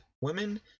women